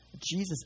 Jesus